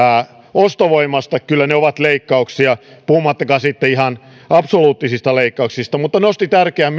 ostovoimasta eivät ole leikkauksia mutta kyllä ne ovat leikkauksia puhumattakaan sitten ihan absoluuttisista leikkauksista hän myös nosti esille tärkeän